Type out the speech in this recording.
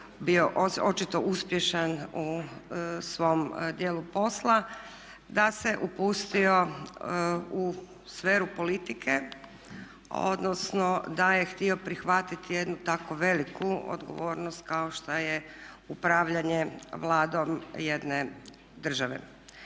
bio očito uspješan u svom djelu posla da se upustio u sferu politike, odnosno da je htio prihvatiti jednu tako veliku odgovornost kao što je upravljanje Vladom jedne države.